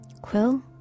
Quill